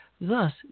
thus